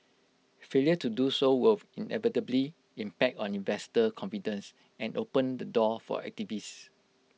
failure to do so will inevitably impact on investor confidence and open the door for activists